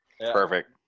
Perfect